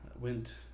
went